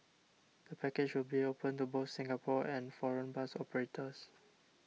the package will be open to both Singapore and foreign bus operators